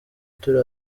turi